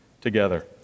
together